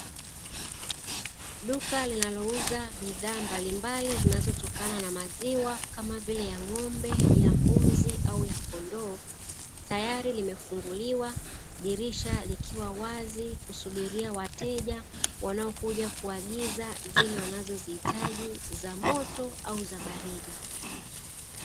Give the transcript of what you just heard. Duka linalouza bidhaa mbalimbali zinazotokana na maziwa, kama vile, ya ng'ombe, ya mbuzi, au ya kondoo, tayari limefunguliwa, dirisha likiwa wazi kusubiria wateja wanaokuja kuagiza zile wanazozihitaji, za moto au za baridi.